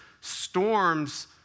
storms